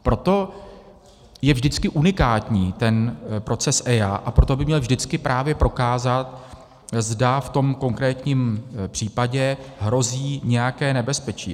Proto je vždycky unikátní ten proces EIA a proto by měl vždycky právě prokázat, zda v tom konkrétním případě hrozí nějaké nebezpečí.